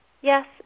Yes